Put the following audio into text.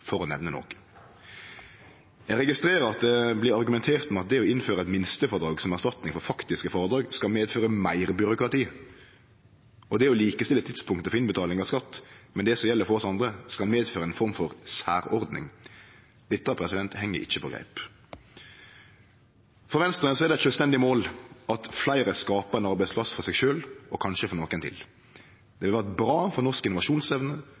for å nemne noko. Eg registrerer at det blir argumentert med at det å innføre eit minstefrådrag som erstatning for faktiske frådrag, skal medføre meir byråkrati, og det å likestille tidspunktet for innbetaling av skatt med det som gjeld for oss andre, skal medføre ei form for særordning. Dette heng ikkje på greip. For Venstre er det eit sjølvstendig mål at fleire skapar ein arbeidsplass for seg sjølv og kanskje for nokre til. Det ville vore bra for norsk